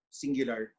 singular